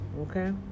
Okay